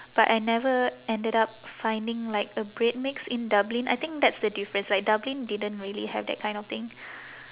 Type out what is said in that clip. but I never ended up finding like a bread mix in dublin I think that's the difference like dublin didn't really have that kind of thing